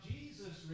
Jesus